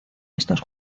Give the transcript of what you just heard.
estos